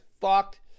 fucked